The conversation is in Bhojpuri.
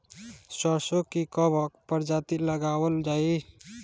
सरसो की कवन प्रजाति लगावल जाई?